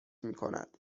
میکند